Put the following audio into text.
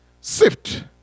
sift